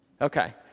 Okay